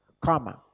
karma